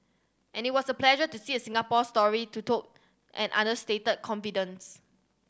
and it was a pleasure to see a Singapore story to told an understated confidence